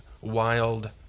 wild